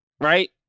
Right